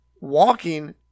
walking